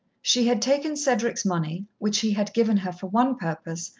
she had taken cedric's money, which he had given her for one purpose,